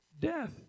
death